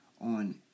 on